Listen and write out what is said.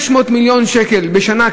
500 מיליון שקל בשנה,